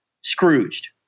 Scrooged